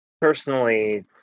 personally